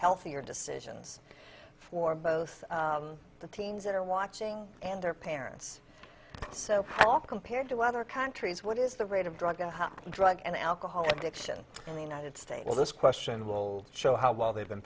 healthier decisions for both the teens that are watching and their parents so well compared to other countries what is the rate of drug a happy drug and alcohol addiction in the united states well this question will show how well they've been